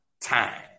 time